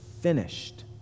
finished